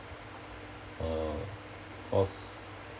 uh cause